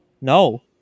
No